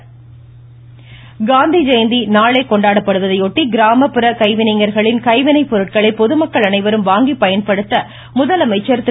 முதலமைச்சர் காந்திஜெயந்தி நாளை கொண்டாடப்படுவதையொட்டி கிராமப்புற கைவினைஞர்களின் கைவினை பொதுமக்கள் அனைவரும் வாங்கி பயன்படுத்த முதலமைச்சர் திரு